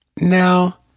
Now